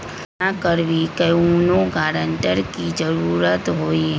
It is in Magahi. बिमा करबी कैउनो गारंटर की जरूरत होई?